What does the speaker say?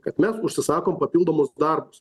kad mes užsisakom papildomus darbus